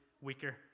weaker